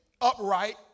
upright